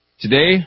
Today